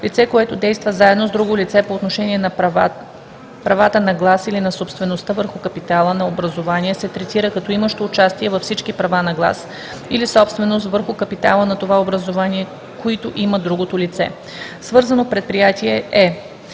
Лице, което действа заедно с друго лице по отношение на правата на глас или на собствеността върху капитала на образувание, се третира като имащо участие във всички права на глас или собственост върху капитала на това образувание, които има другото лице. Свързано предприятие е: